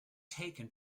taken